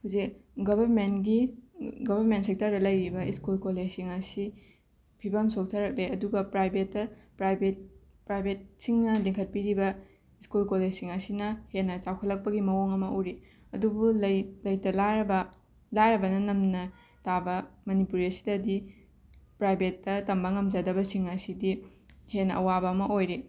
ꯍꯧꯖꯤꯛ ꯒꯚꯔꯃꯦꯟꯒꯤ ꯒꯚꯔꯃꯦꯟ ꯁꯦꯛꯇꯔꯗ ꯂꯩꯔꯤꯕ ꯁ꯭ꯀꯨꯜ ꯀꯣꯂꯦꯁꯁꯤꯡ ꯑꯁꯤ ꯐꯤꯕꯝ ꯁꯣꯛꯊꯔꯛꯂꯦ ꯑꯗꯨꯒ ꯄ꯭ꯔꯥꯏꯕꯦꯠꯇ ꯄ꯭ꯔꯥꯏꯕꯦꯠ ꯄ꯭ꯔꯥꯏꯕꯦꯠꯁꯤꯡꯅ ꯂꯤꯡꯈꯠꯄꯤꯔꯤꯕ ꯁ꯭ꯀꯨꯜ ꯀꯣꯂꯦꯁꯁꯤꯡ ꯑꯁꯤꯅ ꯍꯦꯟꯅ ꯆꯥꯎꯈꯠꯂꯛꯄꯒꯤ ꯃꯑꯣꯡ ꯑꯃ ꯎꯔꯤ ꯑꯗꯨꯕꯨ ꯂꯩ ꯂꯩꯇ ꯂꯥꯏꯔꯕ ꯂꯥꯏꯔꯕꯅ ꯅꯝꯅ ꯇꯥꯕ ꯃꯅꯤꯄꯨꯔ ꯑꯁꯤꯗꯗꯤ ꯄ꯭ꯔꯥꯏꯕꯦꯠꯇ ꯇꯝꯕ ꯉꯝꯖꯗꯕꯁꯤꯡ ꯑꯁꯤꯗꯤ ꯍꯦꯟꯅ ꯑꯋꯥꯕ ꯑꯃ ꯑꯣꯏꯔꯤ